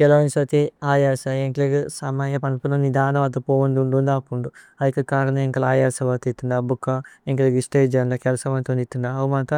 കേലൌനിസതി ആയസ ഏന്കേലേഗേ സമയ പന്പുന। നിദന വത പോവുന്ദു ഉന്ദു ന്ദപുന്ദു ഐകേ കരന। ഏന്കേല ആയസ വതിതിന്ദ ബുഖ ഏന്കേലേഗേ സ്തഗേ। അന കേല്സമ തുനിതിന്ദ ഔ മാഥ